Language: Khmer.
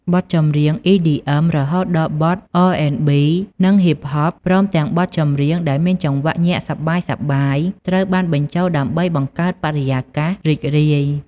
បទចម្រៀង អ៊ីឌីអឹម រហូតដល់បទ អរអេនប៊ី និង ហ៊ីបហប ព្រមទាំងបទចម្រៀងដែលមានចង្វាក់ញាក់សប្បាយៗ ត្រូវបានបញ្ចូលដើម្បីបង្កើតបរិយាកាសរីករាយ។